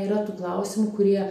yra tų klausimų kurie